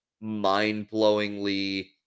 mind-blowingly